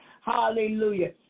Hallelujah